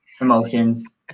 emotions